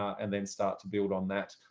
and then start to build on that.